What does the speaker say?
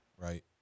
Right